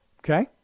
Okay